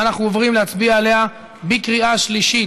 ואנחנו עוברים להצביע עליה בקריאה שלישית.